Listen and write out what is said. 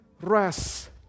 rest